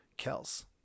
kels